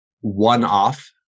one-off